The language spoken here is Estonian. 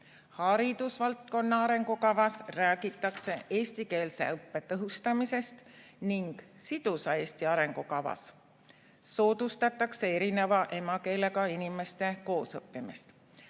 haridusvaldkonna arengukavas räägitakse eestikeelse õppe tõhustamisest ning sidusa Eesti arengukavas soodustatakse erineva emakeelega inimeste koosõppimist.